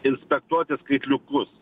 inspektuoti skaitliukus